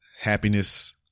happiness